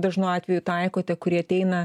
dažnu atveju taikote kurie ateina